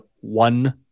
one